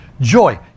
joy